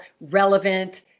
relevant